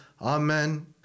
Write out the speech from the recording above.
Amen